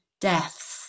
deaths